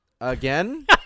Again